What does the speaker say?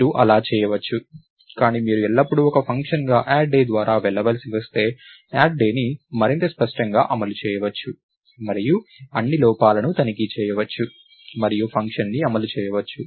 మీరు అలా చేయవచ్చు కానీ మీరు ఎల్లప్పుడూ ఒక ఫంక్షన్గా యాడ్ డే ద్వారా వెళ్లవలసి వస్తే యాడ్ డేని మరింత స్పష్టంగా అమలు చేయవచ్చు మరియు అన్ని లోపాలను తనిఖీ చేయవచ్చు మరియు ఫంక్షన్ని అమలు చేయవచ్చు